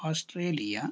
Australia